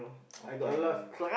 okay